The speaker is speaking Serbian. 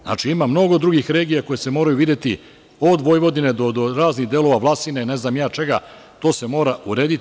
Znači, ima mnogo drugih regija koje se moraju videti, od Vojvodine do raznih delova Vlasine, ne znam ni ja čega, to se mora urediti.